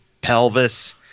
pelvis